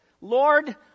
Lord